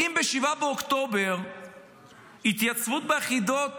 אם ב-7 באוקטובר ההתייצבות ביחידות